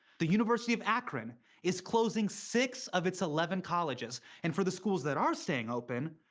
the university of akron is closing six of its eleven colleges. and for the schools that are staying open,